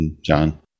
John